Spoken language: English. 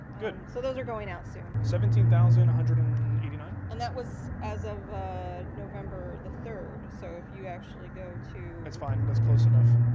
good. so those are going out soon. seventeen thousand one hundred and and eighty nine. and that was as of november the third, so if you actually go to. that's fine, that's close enough.